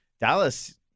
Dallas –